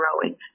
growing